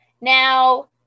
Now